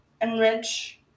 enrich